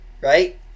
right